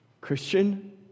Christian